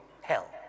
hell